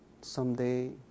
someday